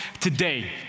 today